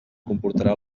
comportarà